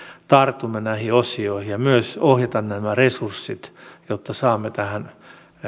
tartumme näihin osioihin ja myös ohjata nämä resurssit jotta saamme tähän